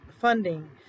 funding